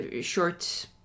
short